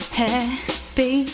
happy